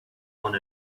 one